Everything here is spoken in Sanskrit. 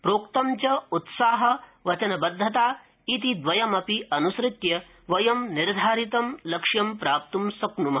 प्रोक्त च उत्साह वचनबद्धता इति द्वयमपि अनुसृत्य वयं निर्धारितं लक्ष्यं प्राप्तुं शक्नुम